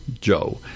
joe